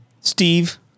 Steve